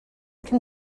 can